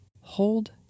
hold